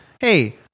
hey